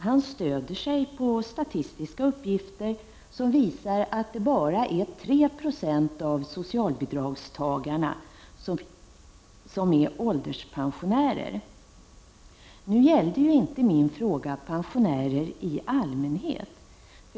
Han stöder sig på statistiska uppgifter som visar att det bara är 3 90 av socialbidragstagarna som är ålderspensionärer. Min fråga gällde inte pensionärer i allmänhet.